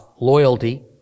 loyalty